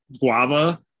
guava